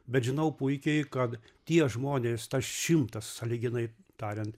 bet žinau puikiai kad tie žmonės tą šimtą sąlyginai tariant